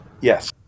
Yes